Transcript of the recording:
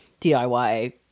DIY